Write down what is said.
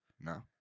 No